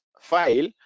file